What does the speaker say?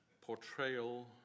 portrayal